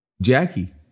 jackie